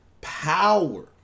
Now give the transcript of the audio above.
power